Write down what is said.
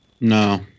No